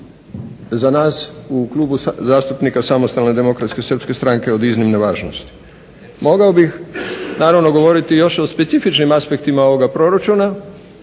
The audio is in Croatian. za nas u Klubu zastupnika SDSS-a od iznimne važnosti. Mogao bih naravno govoriti još o specifičnim aspektima ovoga proračuna